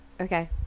Okay